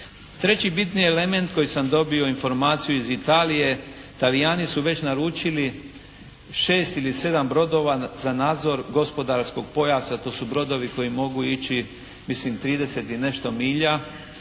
Treći bitni element koji sam dobio informaciju iz Italije, Talijani su već naručili 6 ili 7 brodova za nadzor gospodarskog pojasa. To su brodovi koji mogu ići mislim 30 i nešto milja.